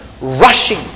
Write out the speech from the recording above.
rushing